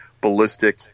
ballistic